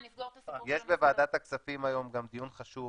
נסגור את הסיכום --- יש בוועדת הכספים גם דיון חשוב